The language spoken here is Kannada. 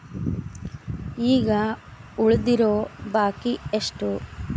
ಈಗ ಉಳಿದಿರೋ ಬಾಕಿ ಎಷ್ಟು?